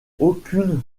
aucune